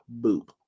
Boop